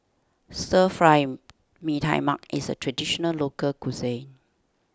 Stir Fry Mee Tai Mak is a Traditional Local Cuisine